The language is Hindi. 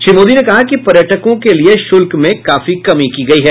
श्री मोदी ने कहा कि पर्यटकों के लिए शुल्क में काफी कमी की गयी है